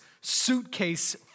suitcase